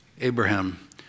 Abraham